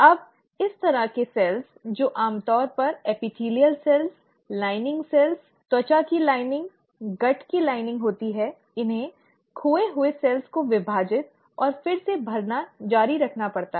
अब इस तरह की कोशिकाएं जो आमतौर पर उपकला कोशिकाएं लाइनिंग कोशिकाएं त्वचा की लाइनिंग कण्ठ की लाइनिंग होती हैं इन्हें खोई हुई कोशिकाओं को विभाजित और फिर से भरना जारी रखना पड़ता है